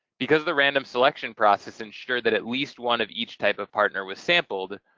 because the random selection process ensured that at least one of each type of partner was sampled,